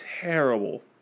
terrible